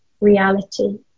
reality